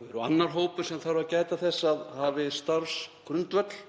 og eru annar hópur sem þarf að gæta þess að hafi starfsgrundvöll.